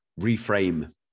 reframe